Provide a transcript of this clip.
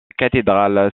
cathédrale